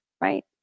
right